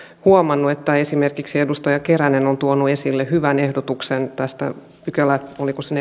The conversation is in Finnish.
huomannut että esimerkiksi edustaja keränen on tuonut esille hyvän ehdotuksen tästä pykälästä oliko se